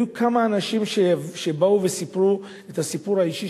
היו כמה אנשים שבאו וסיפרו את הסיפור האישי